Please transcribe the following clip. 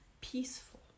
peaceful